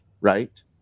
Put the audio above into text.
Right